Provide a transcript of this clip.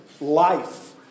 life